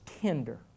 tender